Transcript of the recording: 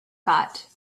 got